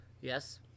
Yes